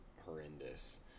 horrendous